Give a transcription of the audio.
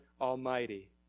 Almighty